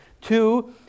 Two